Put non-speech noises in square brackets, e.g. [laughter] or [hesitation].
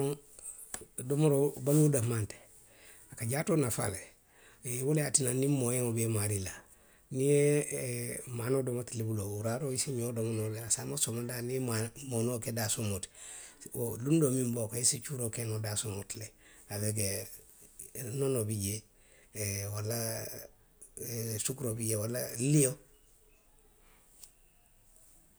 Domoroo, baluo danmaŋ nteŋ, a ka jaatoo nafaa le, wo le ye a tinna niŋ moyeŋo be i maarii la. niŋ i ye [hesitation] maanoo domo tilibiloo, wuraaroo i se ňoo domo noo le a saamoo somondaa niŋ i ye, i ye moonoo ke daasoomoo ti. Luŋ doo miŋ be wo kaŋ i se cuuroo ke noo daasoomoo ti le. Aweki nonoo bi jee [hesitation] walla sukuroo bi jee, walla lio.,.